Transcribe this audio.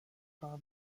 par